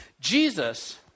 Jesus